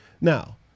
Now